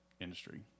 industry